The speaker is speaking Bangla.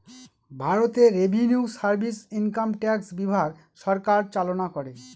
ভারতে রেভিনিউ সার্ভিস ইনকাম ট্যাক্স বিভাগ সরকার চালনা করে